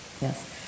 yes